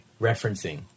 referencing